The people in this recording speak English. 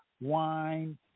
wine